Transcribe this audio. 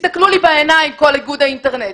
ותסתכלו לי בעיניים, כל איגוד האינטרנט.